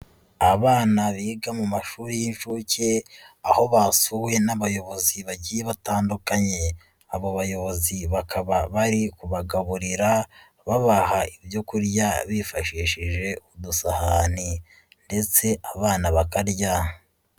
Abana biga mu mashuri y'inshuke aho bapfuwe n'abayobozi bagiye batandukanye, abo bayobozi bakaba bari kubagaburira babaha ibyo kurya bifashishije udusahani ndetse abana bakarya.